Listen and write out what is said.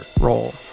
roll